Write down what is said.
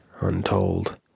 untold